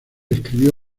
escribió